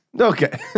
Okay